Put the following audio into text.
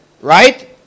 Right